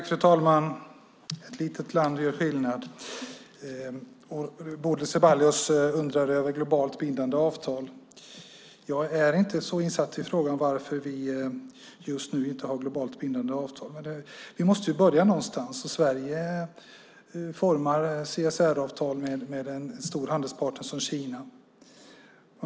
Fru talman! Ett litet land gör skillnad. Bodil Ceballos undrar över globalt bindande avtal. Jag är inte så insatt i frågan varför vi just nu inte har globalt bindande avtal. Men vi måste börja någonstans. Sverige utformar CSR-avtal med en stor handelspartner som Kina.